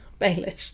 Baelish